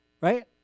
Right